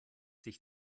sich